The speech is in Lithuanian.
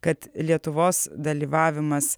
kad lietuvos dalyvavimas